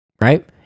right